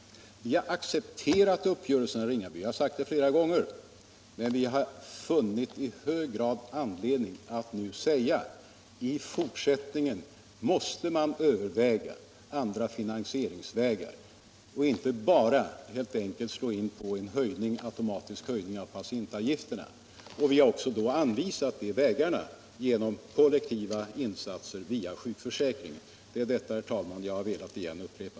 Vi har accepterat uppgörelsen, herr Ringaby. Men vi har i hög grad funnit anledning att nu säga: I fortsättningen måste man överväga andra finansieringsvägar och inte bara helt enkelt slå in på en automatisk höjning av patientavgifterna. Vi har också anvisat vägarna: genom kollektiva insatser via sjukförsäkringen. Det är detta, herr talman, jag nu återigen vill upprepa.